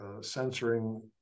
censoring